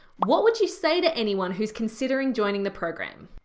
what would you say to anyone who's considering joining the program?